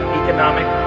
economic